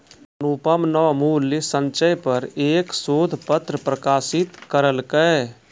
अनुपम न मूल्य संचय पर एक शोध पत्र प्रकाशित करलकय